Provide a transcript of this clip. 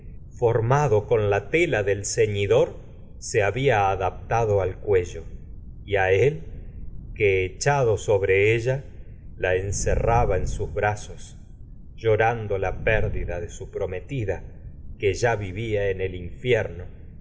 formado y con la tela del ceñidor que se había adaptado en cuello a él echado sobre ella la encerraba su sus brazos llorando la pérdida de en prometida padre y que ya vivía el infierno